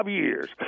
years